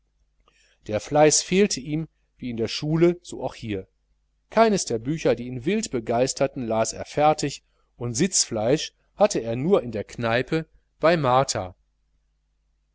der fleiß fehlte ihm wie in der schule so auch hier keines der bücher die ihn wild begeisterten las er fertig und sitzfleisch hatte er nur in der kneipe bei martha